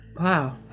Wow